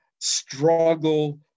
struggle